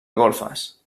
golfes